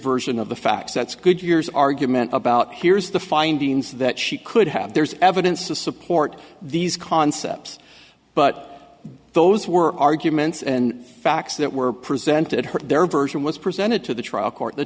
version of the facts that's good years argument about here's the findings that she could have there's evidence to support these concepts but those were arguments and facts that were presented her there version was presented to the trial court th